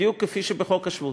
בדיוק כמו בחוק השבות,